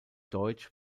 deutsch